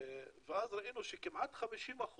ואז ראינו שכמעט 50%